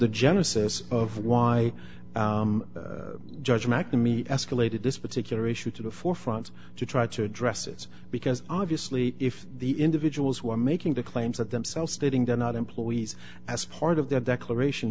the genesis of why judge mcnamee escalated this particular issue to the forefront to try to address it because obviously if the individuals who are making the claims at themselves stating they're not employees as part of their declaration